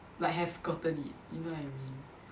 like have gotten it you know what I mean